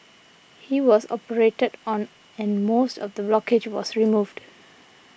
he was operated on and most of the blockage was removed